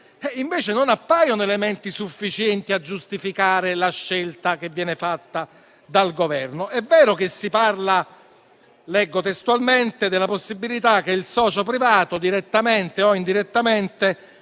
invece non appaiono elementi sufficienti a giustificare la scelta che viene fatta dal Governo. È vero che si parla, testualmente: «della possibilità che il socio privato, direttamente o indirettamente,